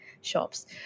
shops